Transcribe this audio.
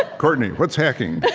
ah courtney, what's hacking?